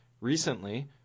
recently